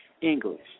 English